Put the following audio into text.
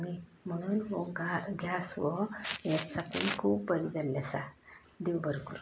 आमी म्हणून हो गॅस हो येत साकून खूब बरें जाल्ले आसा देव बरो करूं